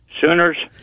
Sooners